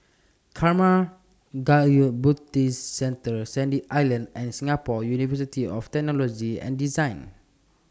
Karma Kagyud Buddhist Centre Sandy Island and Singapore University of Technology and Design